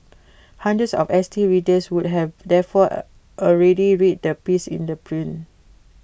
hundreds of S T readers would have therefore already read the piece in the print